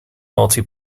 multi